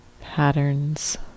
patterns